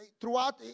throughout